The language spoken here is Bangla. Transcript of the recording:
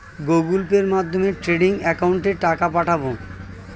গুগোল পের মাধ্যমে ট্রেডিং একাউন্টে টাকা পাঠাবো?